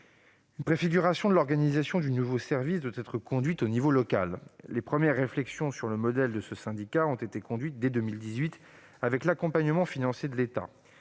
Une préfiguration de l'organisation du nouveau service doit être expérimentée à l'échelon local. Les premières réflexions sur le modèle de ce syndicat unique ont été conduites dès 2018, avec un accompagnement financier de l'État.